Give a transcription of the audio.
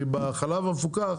כי בחלב המפוקח,